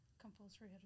Compulsory